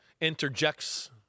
interjects